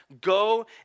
go